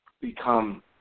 become